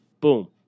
Boom